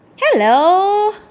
hello